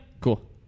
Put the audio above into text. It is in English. Cool